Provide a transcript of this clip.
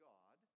God